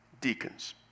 Deacons